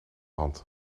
hand